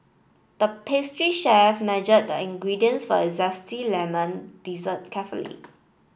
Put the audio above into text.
the pastry chef measured the ingredients for a zesty lemon dessert carefully